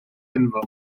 penfro